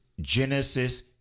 genesis